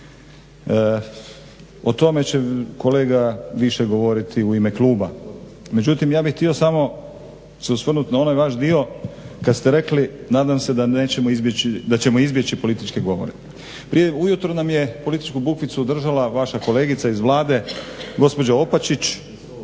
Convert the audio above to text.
O tome će kolega više govoriti u ime kluba. Međutim ja bih se htio samo osvrnuti na onaj vaš dio kada ste rekli, nadam se da ćemo izbjeći političke govore. Ujutro nam je političku bukvicu održala vaša kolegica iz Vlade gospođa Opačić